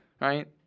Right